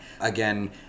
Again